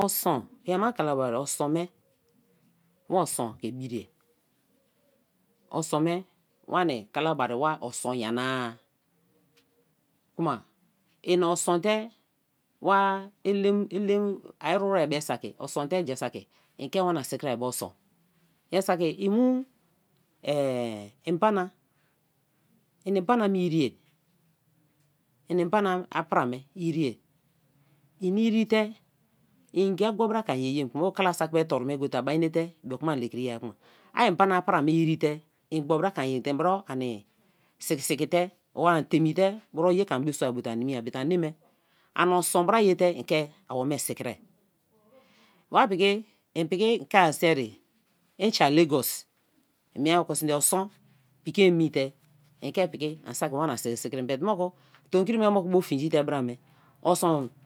Osun i ama-a kalabari osun me, wa osun ke biri; osun me wani kalabari wa osun nyana-a kma, i osun te wa elem à iru were be saki, osun te jaa saki, i ke wani sikri is bei osun, ja saki imu mbanani, inimbana me irie, ina mbana abra bra me irie, ini irie te, ngi a gboi bra ke ma ye yem kma o kala saki me toru gote a bai nete an le kri ya; a mbana bra me irie te, i gboi bra kei ye, mi bro a ni siki siki te, or a teime te ye ke bio sua ṁoto animina but a neme, ani osun bra ye te i ke awome sikri, wa piki, en piki ka sin-re i sai lagos, o kon sme te o osun piki emi te i ke wana sikri sikrim; but mo ku tom kri ma bu finji te bra me osun.